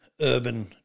Urban